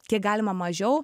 kiek galima mažiau